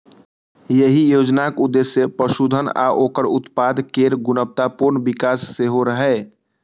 एहि योजनाक उद्देश्य पशुधन आ ओकर उत्पाद केर गुणवत्तापूर्ण विकास सेहो रहै